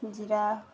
ଜିରା